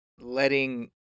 letting